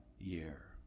year